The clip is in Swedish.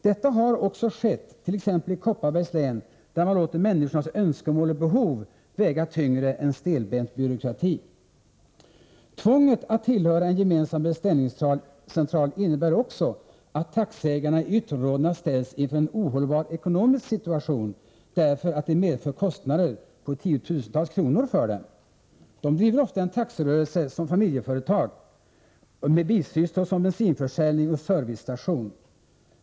Detta har också skett, t.ex. i Kopparbergs län, där man låter människornas önskemål och behov väga tyngre än stelbent byråkrati. Tvånget att tillhöra en gemensam beställningscentral innebär också att taxiägarna i ytterområdena ställs inför en ohållbar ekonomisk situation. Det medför nämligen kostnader på tiotusentals kronor för dem. De driver ofta sin taxirörelse som familjeföretag, med bisysslor som bensinförsäljning och servicestation.